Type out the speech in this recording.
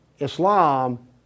Islam